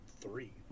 three